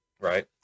Right